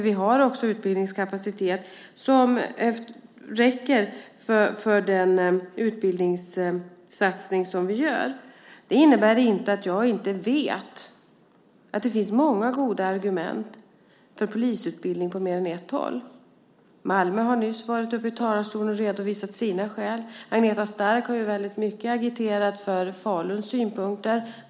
Vi har också utbildningskapacitet som räcker för den utbildningssatsning som vi gör. Det innebär inte att jag inte vet att det finns många goda argument för polisutbildning på fler än ett håll. En representant för Malmö har nyss varit uppe i talarstolen och redovisat sina skäl. Agneta Stark har väldigt mycket agiterat för Faluns synpunkter.